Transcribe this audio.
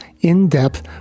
in-depth